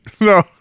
No